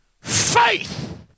faith